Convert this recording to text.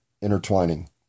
intertwining